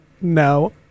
No